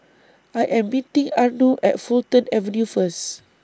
I Am meeting Arno At Fulton Avenue First